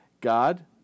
God